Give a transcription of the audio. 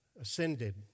ascended